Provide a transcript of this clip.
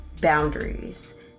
boundaries